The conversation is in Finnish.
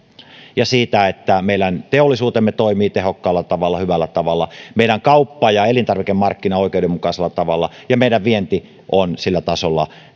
ja siitä että meidän teollisuutemme toimii tehokkaalla tavalla hyvällä tavalla meidän kauppa ja elintarvikemarkkinat toimivat oikeudenmukaisella tavalla ja meidän vienti on sillä tasolla